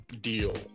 deal